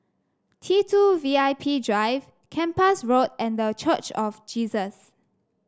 T two V I P Drive Kempas Road and The Church of Jesus